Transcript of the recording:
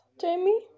Jamie